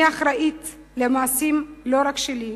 אני אחראית למעשים לא רק שלי,